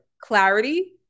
clarity